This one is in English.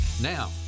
Now